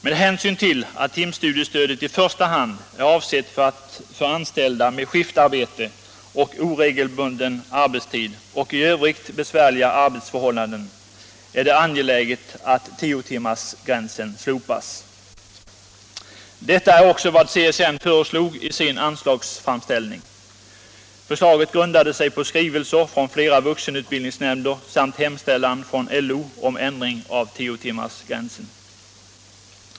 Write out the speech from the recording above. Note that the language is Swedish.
Med hänsyn till att timstudiestödet i första hand är avsett för anställda med skiftarbete och oregelbunden arbetstid och i övrigt besvärliga arbetsförhållanden är det angeläget att tiotimmarsgränsen slopas. Detta är också vad CSN föreslog i sin anslagsframställning. Förslaget grundade sig på skrivelser från flera vuxenutbildningsnämnder samt hemställan från LO om ändring av tiotimmarsgränsen.